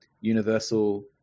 Universal